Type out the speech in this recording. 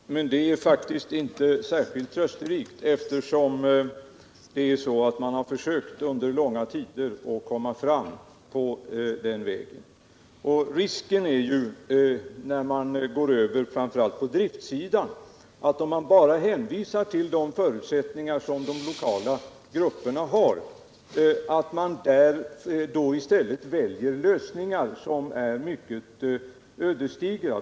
Herr talman! Det är faktiskt inte särskilt trösterikt, eftersom man under långa tider förgäves har försökt att komma fram på den vägen. Risken är att man, om man bara hänvisar till de förutsättningar som de lokala grupperna har, framför allt på driftsidan, i stället väljer lösningar som kan bli mycket ödesdigra.